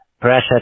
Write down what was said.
pressure